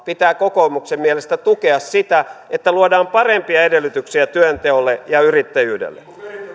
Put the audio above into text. pitää kokoomuksen mielestä tukea sitä että luodaan parempia edellytyksiä työnteolle ja yrittäjyydelle